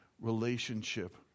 relationship